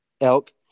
Elk